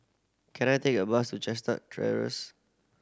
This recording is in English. can I take a bus to Chestnut